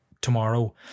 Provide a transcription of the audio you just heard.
tomorrow